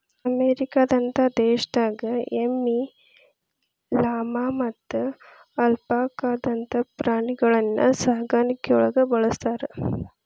ಅಮೇರಿಕದಂತ ದೇಶದಾಗ ಎಮ್ಮಿ, ಲಾಮಾ ಮತ್ತ ಅಲ್ಪಾಕಾದಂತ ಪ್ರಾಣಿಗಳನ್ನ ಸಾಕಾಣಿಕೆಯೊಳಗ ಬಳಸ್ತಾರ